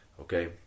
Okay